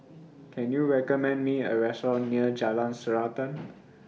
Can YOU recommend Me A Restaurant near Jalan Srantan